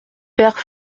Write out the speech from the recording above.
père